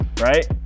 right